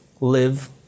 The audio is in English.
live